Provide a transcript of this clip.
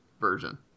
version